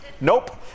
Nope